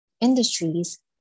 industries